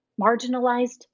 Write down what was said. marginalized